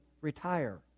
retire